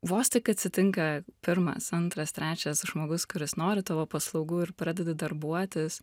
vos tik atsitinka pirmas antras trečias žmogus kuris nori tavo paslaugų ir pradedi darbuotis